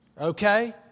Okay